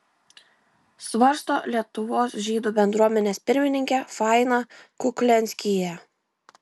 svarsto lietuvos žydų bendruomenės pirmininkė faina kuklianskyje